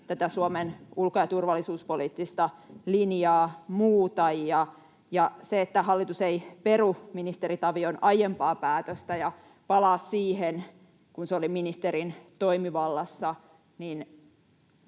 tätä Suomen ulko- ja turvallisuuspoliittista linjaa muuta. Ja se, että hallitus ei peru ministeri Tavion aiempaa päätöstä ja palaa siihen, kun se oli ministerin toimivallassa, ei